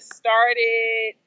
started